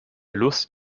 lust